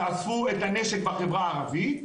תאספו את הנשק בחברה הערבית,